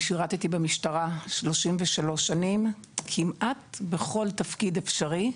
אני שירתי במשטרה 33 שנים כמעט בכל תפקיד אפשרי.